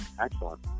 Excellent